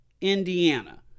Indiana